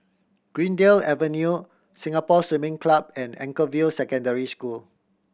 Greendale Avenue Singapore Swimming Club and Anchorvale Secondary School